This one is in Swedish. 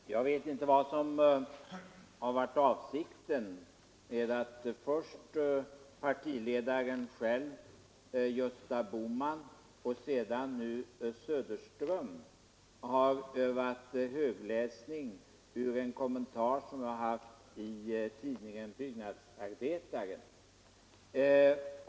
Herr talman! Jag vet inte vad som varit avsikten med att först partiledaren själv, herr Gösta Bohman, och sedan herr Söderström har övat högläsning ur en kommentar som jag har haft införd i tidningen Byggnadsarbetaren.